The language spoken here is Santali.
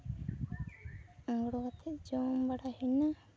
ᱟᱬᱜᱳ ᱠᱟᱛᱮ ᱡᱚᱢ ᱵᱟᱲᱟ ᱦᱩᱭᱮᱱᱟ